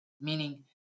Meaning